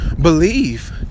believe